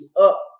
up